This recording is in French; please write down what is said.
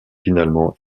finalement